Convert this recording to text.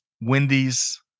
Wendy's